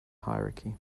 hierarchy